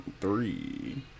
Three